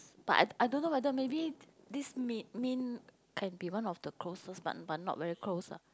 but I I don't know whether maybe this mean mean can be one of the closest but but not very close ah